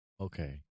Okay